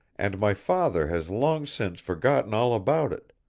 and my father has long since forgotten all about it.